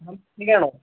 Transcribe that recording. മാം ഫ്രീയാണോ